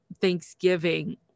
Thanksgiving